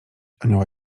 anioła